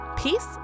Peace